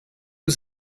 was